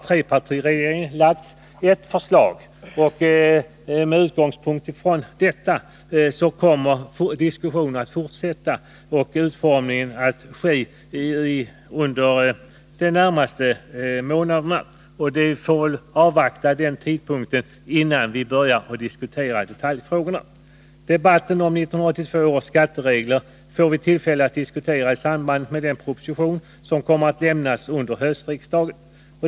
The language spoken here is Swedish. Trepartiregeringen har lagt fram ett förslag, och med utgångspunkt från detta kommer diskussionen att fortsätta och utformningen att ske under de närmaste månaderna. Vi får väl avvakta detta, innan vi börjar diskutera detaljfrågorna. Debatten om 1982 års skatteregler får vi tillfälle att föra i samband med den proposition som kommer att lämnas under höstriksdagen.